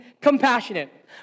compassionate